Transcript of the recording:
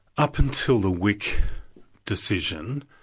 up until the wik decision,